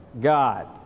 God